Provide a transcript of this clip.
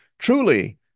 Truly